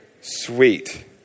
Sweet